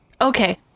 Okay